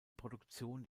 produktion